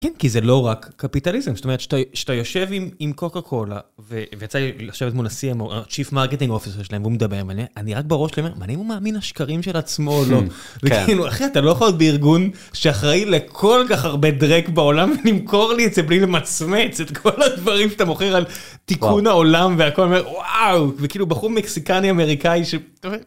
כי זה לא רק קפיטליזם שאתה יושב עם עם קוקה קולה ואתה יושב אצל הצי'פ מקטין אופיסר שלהם ומדבר עליה אני רק אומר בראש מעניין אם הוא מאמין לשקרים של עצמו או לא, אחי אתה לא יכול להיות בארגון שאחראי לכל כך הרבה דראק בעולם למכור לי את זה בלי למצמץ את כל הדברים שאתה מוכר על, תיקון העולם והכל וכאילו ואוו בחור מקסיקני אמריקאי.